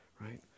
Right